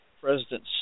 President